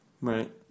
Right